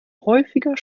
häufiger